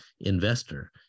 investor